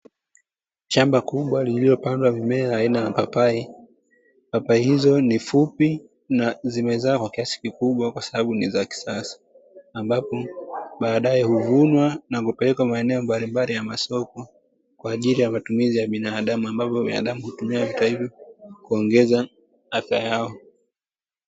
Shamba kubwa lilopandwa mimea aina ya papai, papai hizo ni fupi na zimezaa kwa kiasi kikubwa kwa sababu ni za kisasa. Ambapo baadae huvunwa na kupelekwa maeneo mbalimbali ya masoko kwa ajili ya matumizi ya binadamu ambapo binadamu hutumia kuongeza afya yao.